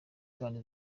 rwanda